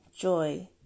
joy